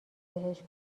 بهش